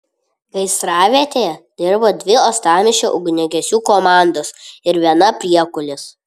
gaisravietėje dirbo dvi uostamiesčio ugniagesių komandos ir viena priekulės